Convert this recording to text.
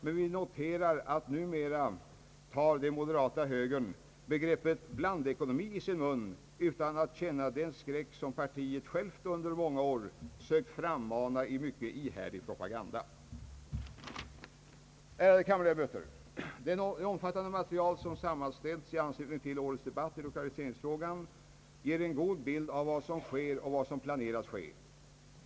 Men vi noterar att numera tar den moderata högern begreppet blandekonomi i sin mun utan att känna den skräck som partiet självt under många år sökt frammana i en mycket ihärdig propaganda. Ärade kammarledamöter! Det omfattande material som sammanställts i anslutning till årets debatt i lokaliseringsfrågan ger en god bild av vad som sker och vad som planeras ske.